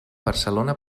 barcelona